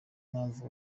mpamvu